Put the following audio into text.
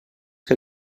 que